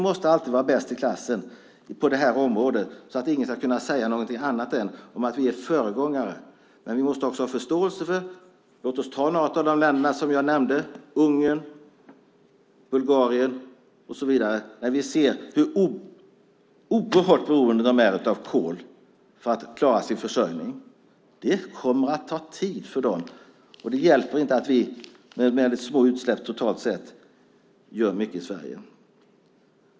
Det håller jag med oppositionen om. Ingen ska kunna säga någonting annat än att vi är föregångare. Men vi måste också ha förståelse. Vi kan ta några av de länder som jag nämnde, Ungern, Bulgarien och så vidare. De är oerhört beroende av kol för att klara sin försörjning. Det kommer att ta tid för dem. Det hjälper inte att vi med väldigt små utsläpp totalt sett gör mycket i Sverige.